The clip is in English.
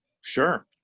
Sure